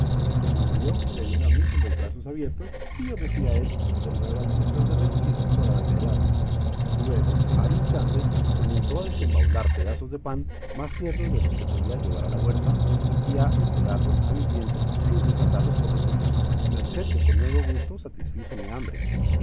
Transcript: que como me vio se vino a mí con los brazos abiertos y yo me fui a él con nuevas muestras de regocijo por haberle hallado luego al instante comenzó a desembaular pedazos de pan más tiernos de los que solía llevar a la huerta y a entregarlos a mis dientes sin repasarlos por los suyos merced que con nuevo gusto satisfizo mi hambre